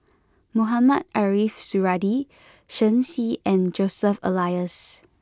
Mohamed Ariff Suradi Shen Xi and Joseph Elias